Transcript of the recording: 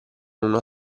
una